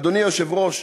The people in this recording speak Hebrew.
אדוני היושב-ראש,